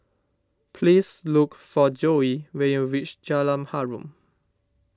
please look for Joye when you reach Jalan Harum